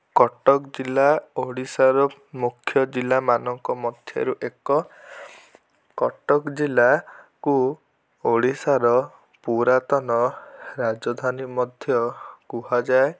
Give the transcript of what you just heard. କଟକ ଜିଲ୍ଲା ଓଡ଼ିଶାର ମୁଖ୍ୟ ଜିଲ୍ଲାମାନଙ୍କ ମଧ୍ୟରୁ ଏକ କଟକ ଜିଲ୍ଲା କୁ ଓଡ଼ିଶାର ପୁରାତନ ରାଜଧାନୀ ମଧ୍ୟ କୁହାଯାଏ